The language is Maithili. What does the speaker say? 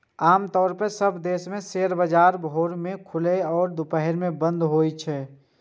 आम तौर पर सब देश मे शेयर बाजार भोर मे खुलै छै आ दुपहर मे बंद भए जाइ छै